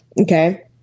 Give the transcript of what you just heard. Okay